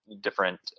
different